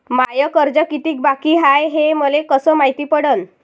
माय कर्ज कितीक बाकी हाय, हे मले कस मायती पडन?